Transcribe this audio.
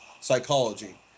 psychology